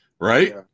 Right